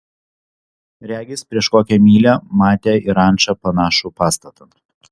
regis prieš kokią mylią matė į rančą panašų pastatą